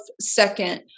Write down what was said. second